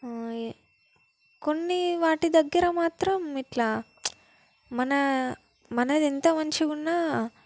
కొన్ని వాటి దగ్గర మాత్రం ఇట్లా మన మనది ఎత మంచిగా ఉన్న